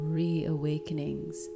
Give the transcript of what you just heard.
reawakenings